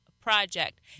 project